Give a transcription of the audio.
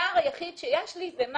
אנחנו ב-31 בדצמבר